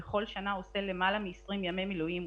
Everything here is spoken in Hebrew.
בכל שנה עושה יותר מ-20 ימי מילואים.